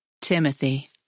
Timothy